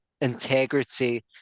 integrity